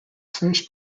first